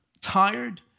tired